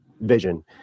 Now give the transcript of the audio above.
vision